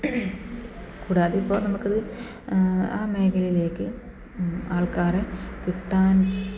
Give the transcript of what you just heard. കൂടാതെ ഇപ്പം നമുക്ക് ആ മേഖലയിലേക്ക് ആൾക്കാറെ കിട്ടാൻ